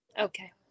Okay